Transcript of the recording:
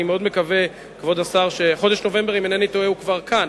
אם אינני טועה, חודש נובמבר כבר כאן.